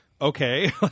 Okay